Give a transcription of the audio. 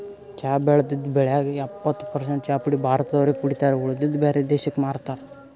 ಚಾ ಬೆಳದಿದ್ದ್ ಬೆಳ್ಯಾಗ್ ಎಪ್ಪತ್ತ್ ಪರಸೆಂಟ್ ಚಾಪುಡಿ ಭಾರತ್ ದವ್ರೆ ಕುಡಿತಾರ್ ಉಳದಿದ್ದ್ ಬ್ಯಾರೆ ದೇಶಕ್ಕ್ ಮಾರ್ತಾರ್